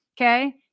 Okay